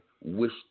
wish